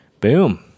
Boom